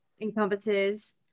encompasses